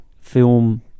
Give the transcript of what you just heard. film